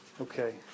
Okay